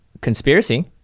conspiracy